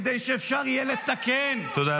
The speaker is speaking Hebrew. כדי שאפשר יהיה לתקן -- תודה,